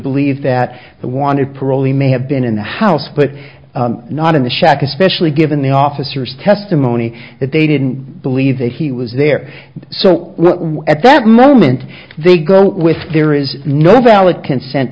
believe that the wanted parolee may have been in the house but not in the shack especially given the officers testimony that they didn't believe he was there so at that moment they go with there is no valid consent